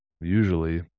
usually